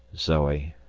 zoe,